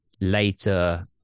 later